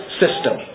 system